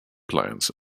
plants